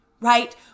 right